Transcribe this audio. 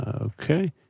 Okay